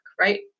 right